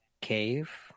Cave